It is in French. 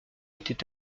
était